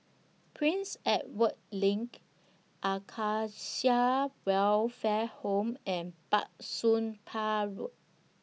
Prince Edward LINK Acacia Welfare Home and Bah Soon Pah Road